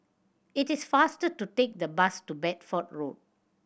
it is faster to take the bus to Bedford Road